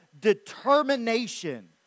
determination